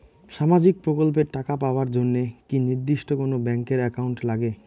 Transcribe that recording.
সামাজিক প্রকল্পের টাকা পাবার জন্যে কি নির্দিষ্ট কোনো ব্যাংক এর একাউন্ট লাগে?